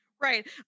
Right